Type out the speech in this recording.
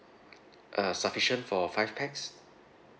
uh sufficient for five pax